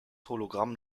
hologramm